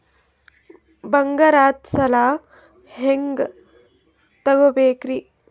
ಬಂಗಾರದ್ ಸಾಲ ಹೆಂಗ್ ತಗೊಬೇಕ್ರಿ?